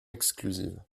exclusives